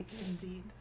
Indeed